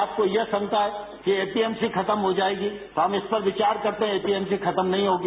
आपको यह शंका है कि एपीएमसी खत्म हो जाएगी तो हम इस पर विचार करते हैं एपीएमसी खत्म नहीं होगी